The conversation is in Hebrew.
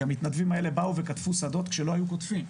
כי המתנדבים האלה באו וקטפו שדות כשלא היו קוטפים.